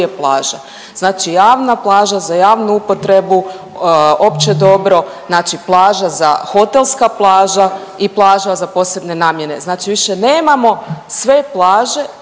plaža. Znači javna plaža za javnu upotrebu, opće dobro, znači plaža za hotelska plaža i plaža za posebne namjene. Znači više nemamo sve plaže